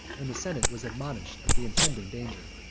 and the senate was admonished of the impending danger.